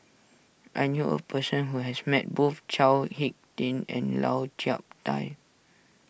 I knew a person who has met both Chao Hick Tin and Lau Chiap Khai